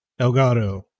Elgato